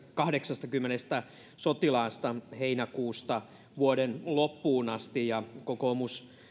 kahdeksastakymmenestä sotilaasta heinäkuusta vuoden loppuun asti kokoomus